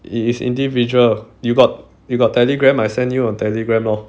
it is individual you got you got Telegram I send you on Telegram lor